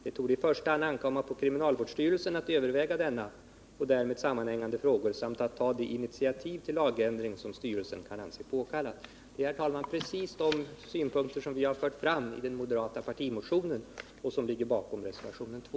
Det torde i första hand ankomma på kriminalvårdsstyrelsen att överväga denna och därmed sammanhängande frågor samt att ta det initiativ till lagändring som styrelsen kan anse påkallat.” Det är, herr talman, precis de synpunkter som vi fört fram i den moderata partimotionen och som vi följer upp i reservationen 2.